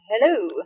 Hello